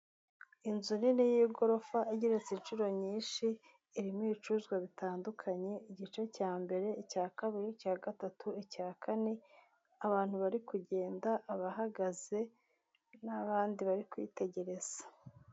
Inzu nini y'igorofa igeretse inshuro nyinshi, irimo ibicuruzwa bitandukanye, igice cya mbere, icya kabiri, icya gatatu, icya kane, abantu bari kugenda, abahagaze n'abandi bari kwitegereza.